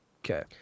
Okay